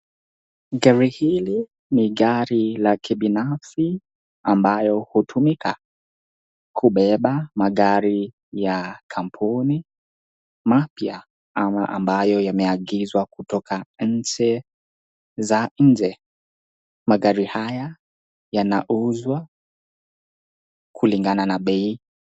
Gari hili ni gari la kibinafsi ambayo hutumika kubeba magari ya kampuni mapya ama ambayo yameagizwa kutoka nchi za nje. Magari haya yanauzwa kulingana bei.